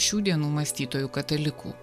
šių dienų mąstytojų katalikų